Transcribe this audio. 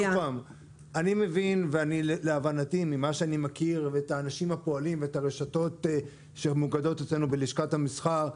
מהיכרותי את האנשים הפועלים ואת הרשתות שמאוגדות אצלנו בלשכת המסחר,